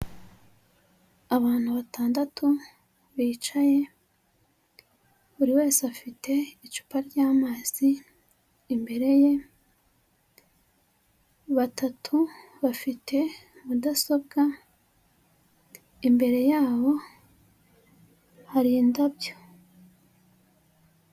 Abantu batandatu bicaye buri wese afite icupa ry'amazi imbere ye, batatu bafite mudasobwa imbere yabo, hari indabyo.